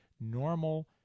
normal